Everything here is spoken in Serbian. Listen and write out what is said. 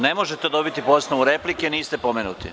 Ne možete dobiti po osnovu replike, niste pomenuti.